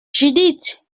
judith